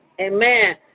Amen